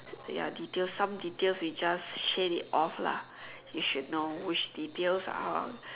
ya detail some detail we just shade it off lah you should know which detail ah